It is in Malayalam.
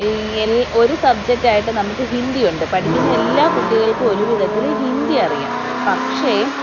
ഈ ഒരു സബ്ജക്റ്റ് ആയിട്ട് നമുക്ക് ഹിന്ദിയുണ്ട് പഠിക്കുന്ന എല്ലാ കുട്ടികൾക്കും ഒരു വിധത്തിൽ ഹിന്ദി അറിയാം പക്ഷേ